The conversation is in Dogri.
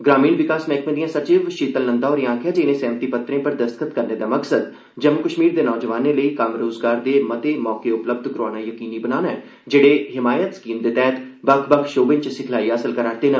ग्रामीण विकास मैहकमे दियां सचिव शीतल नंदा होरे आक्खेआ जे इनें सैहमती पत्रे पर दस्तख्त करने दा मकसद जम्मू कश्मीर दे नौजवानें लेई कम्म रोज़गार दे मते मौके उपलब्ध कराना यकीनी बनाना ऐ जेड़े हिमायत स्कीम तैहत बक्ख बकख शोबें च सिखलाई हासल करै करदे न